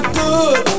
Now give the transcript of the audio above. good